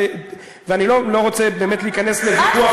ואני לא רוצה באמת להיכנס לוויכוח,